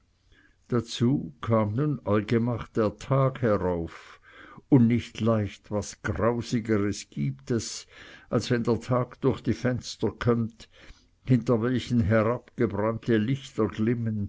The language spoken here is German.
dazu kam nun allgemach der tag herauf und nicht leicht was grausigeres gibt es als wenn der tag durch die fenster kömmt hinter welchen